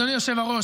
אדוני היושב-ראש,